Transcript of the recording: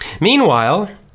Meanwhile